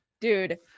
dude